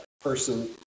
person